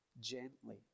gently